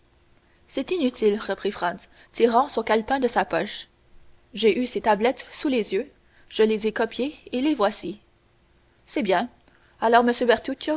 c'est inutile reprit franz tirant son calepin de sa poche j'ai eu ces tablettes sous les yeux je les ai copiées et les voici c'est bien alors